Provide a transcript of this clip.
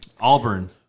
Auburn